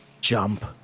Jump